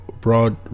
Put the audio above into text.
broad